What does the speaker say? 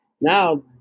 now